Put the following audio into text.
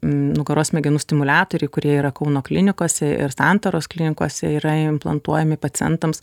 nugaros smegenų stimuliatoriai kurie yra kauno klinikose ir santaros klinikose yra implantuojami pacientams